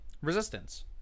Resistance